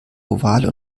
oval